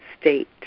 state